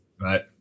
Right